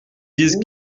disent